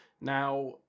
now